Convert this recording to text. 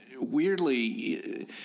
Weirdly